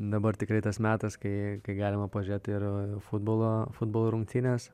dabar tikrai tas metas kai kai galima pažiūrėt ir futbolo futbolo rungtynes